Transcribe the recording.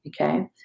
okay